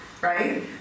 Right